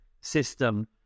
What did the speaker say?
system